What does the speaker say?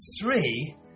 three